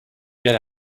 get